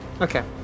Okay